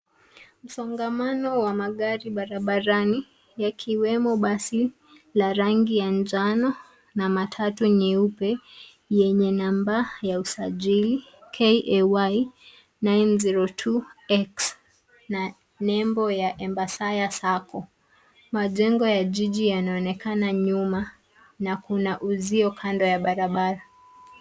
Msongamano wa magari barabarani yakiwemo basi la rangi ya njano na matatu nyeupe yenye namba ya usajili KAY 902X, na nembo ya Embassaya sacco. Majengo ya jiji yanaonekana nyuma na kuna uzio kando ya barabara.